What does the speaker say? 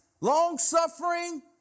long-suffering